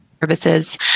services